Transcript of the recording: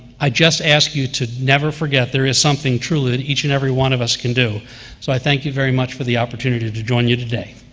i just ask you to never forget there is something truly that each and every one of us can do. so i thank you very much for the opportunity to join you today.